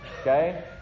Okay